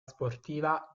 sportiva